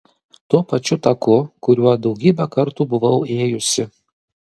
tuo pačiu taku kuriuo daugybę kartų buvau ėjusi